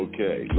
Okay